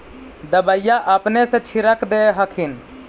दबइया अपने से छीरक दे हखिन?